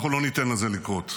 אנחנו לא ניתן לזה לקרות.